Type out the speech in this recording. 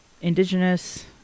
Indigenous